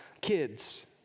kids